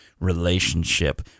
relationship